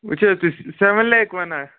وۅنۍ چھُو تُہۍ سیٚوَن لیک وَنان